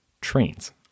trains